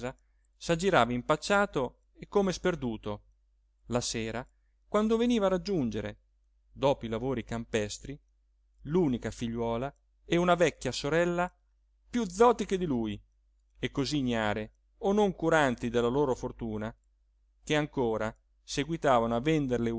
casa s'aggirava impacciato e come sperduto la sera quando veniva a raggiungere dopo i lavori campestri l'unica figliuola e una vecchia sorella più zotiche di lui e così ignare o non curanti della loro fortuna che ancora seguitavano a vender